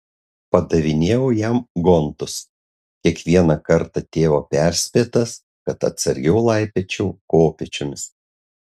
padavinėjau jam gontus kiekvieną kartą tėvo perspėtas kad atsargiau laipiočiau kopėčiomis